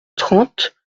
trente